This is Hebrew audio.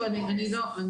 כי בסוף אנחנו רוצים לתגבר,